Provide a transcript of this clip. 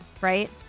right